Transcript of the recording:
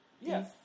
Yes